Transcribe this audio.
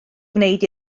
gwneud